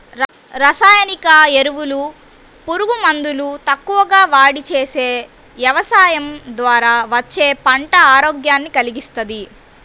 రసాయనిక ఎరువులు, పురుగు మందులు తక్కువగా వాడి చేసే యవసాయం ద్వారా వచ్చే పంట ఆరోగ్యాన్ని కల్గిస్తది